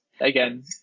again